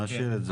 נכון, צודק.